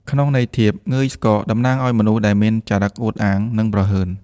ក្នុងន័យធៀប «ងើយស្កក» តំណាងឱ្យមនុស្សដែលមានចរិតអួតអាង និងព្រហើន។